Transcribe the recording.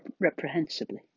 reprehensibly